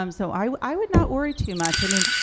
um so i i would not worry too much. i mean,